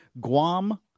Guam